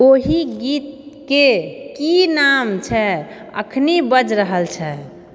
ओहि गीतके की नाम छै एखनी बाजि रहल छै